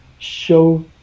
show